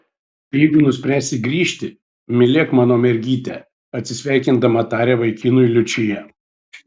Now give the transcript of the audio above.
jeigu nuspręsi grįžti mylėk mano mergytę atsisveikindama taria vaikinui liučija